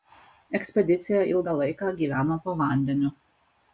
ekspedicija ilgą laiką gyveno po vandeniu